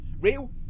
real